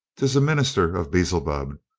tis a minister of beelzebub.